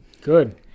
Good